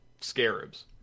Scarabs